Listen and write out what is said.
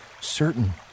certain